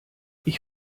ich